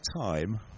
time